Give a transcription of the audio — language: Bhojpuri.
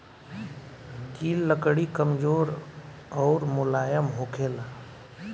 गिल लकड़ी कमजोर अउर मुलायम होखेला